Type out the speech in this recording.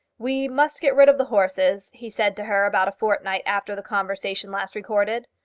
we must get rid of the horses, he said to her about a fortnight after the conversation last recorded.